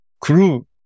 crew